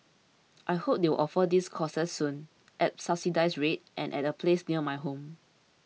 I hope they will offer these courses soon at subsidised rates and at a place near my home